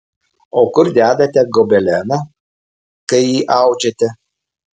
o kur dedate gobeleną kai jį audžiate